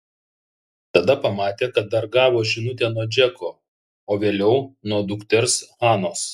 tada pamatė kad dar gavo žinutę nuo džeko o vėliau nuo dukters hanos